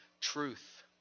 truth